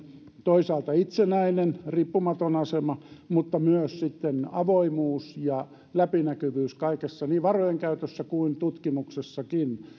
toisaalta tällainen itsenäinen riippumaton asema mutta myös avoimuus ja läpinäkyvyys kaikessa niin varojen käytössä kuin tutkimuksessakin